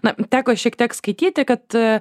na teko šiek tiek skaityti kad